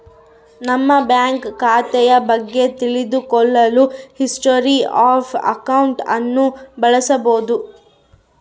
ನಮ್ಮ ಬ್ಯಾಂಕ್ ಖಾತೆಯ ಬಗ್ಗೆ ತಿಳಿದು ಕೊಳ್ಳಲು ಹಿಸ್ಟೊರಿ ಆಫ್ ಅಕೌಂಟ್ ಅನ್ನು ಬಳಸಬೋದು